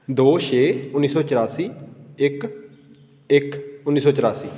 ਦੋ ਛੇ ਉੱਨੀ ਸੌ ਚੁਰਾਸੀ ਇੱਕ ਇੱਕ ਉੱਨੀ ਸੌ ਚੁਰਾਸੀ